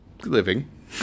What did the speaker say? Living